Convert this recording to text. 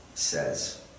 says